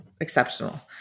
exceptional